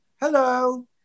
hello